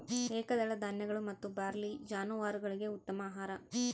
ಏಕದಳ ಧಾನ್ಯಗಳು ಮತ್ತು ಬಾರ್ಲಿ ಜಾನುವಾರುಗುಳ್ಗೆ ಉತ್ತಮ ಆಹಾರ